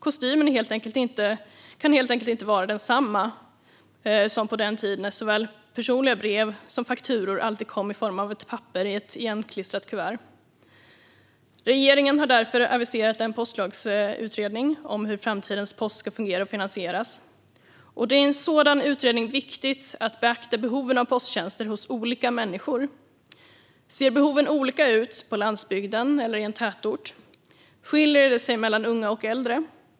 Kostymen kan helt enkelt inte vara densamma som på den tid när såväl personliga brev som fakturor alltid kom i form av ett papper i ett igenklistrat kuvert. Regeringen har därför aviserat en postlagsutredning om hur framtidens post ska fungera och finansieras. Det är i en sådan utredning viktigt att beakta behoven av posttjänster hos olika människor. Ser behoven olika ut på landsbygden och i en tätort? Skiljer det sig mellan unga och äldre?